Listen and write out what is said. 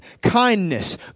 kindness